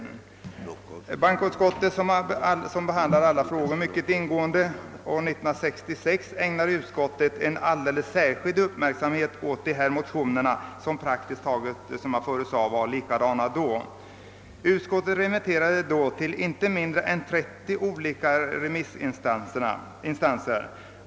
Bankoutskottet som behandlar alla frågor mycket ingående ägnade år 1966 särskilt stor uppmärksamhet åt motioner som var praktiskt taget likadana som de här föreliggande. Utskottet remitterade då motionerna till inte mindre än 30 olika remissinstanser.